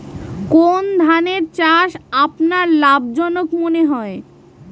কোন ধানের চাষ আপনার লাভজনক মনে হয়?